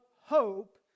hope